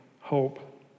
hope